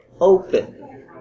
open